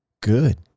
Good